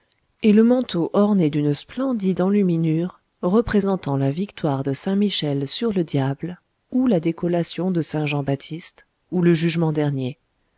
et le manteau orné d'une splendide enluminure représentant la victoire de saint michel sur le diable ou la décollation de saint jean-baptiste ou le jugement dernier